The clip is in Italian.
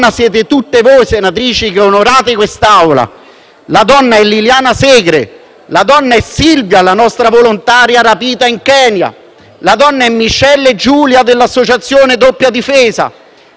La donna è Liliana Segre. La donna è Silvia, la nostra volontaria rapita in Kenya; le donne sono Michelle e Giulia della fondazione Doppia difesa; donne sono le nostre madri e le nostre figlie.